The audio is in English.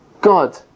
God